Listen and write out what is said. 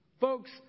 Folks